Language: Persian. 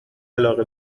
علاقه